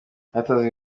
hatanzwe